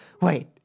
wait